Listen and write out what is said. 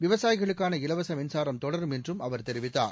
விவசாயிகளுக்கான இலவச மின்சாரம் தொடரும் என்றும் அவர் தெரிவித்தார்